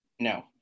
No